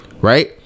right